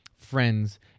Friends